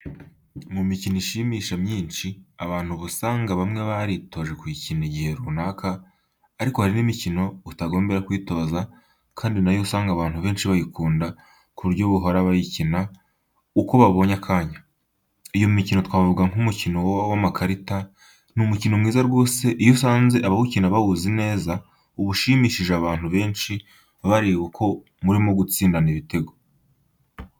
Mu mikino ishimisha myinshi abantu uba usanga bamwe baritoje kuyikina igihe runaka ariko hari n'imikino itagombera kwitoza kandi nayo usanga abantu benshi bayikunda ku buryo bahora bayikina uko babonye akanya. Iyo mikino twavugamo nk'umukino w'amakarita, ni umukino mwiza rwose iyo usanze abawukina bawuzi neza uba ushimishije abantu benshi bareba uko murimo mutsindana ibitego.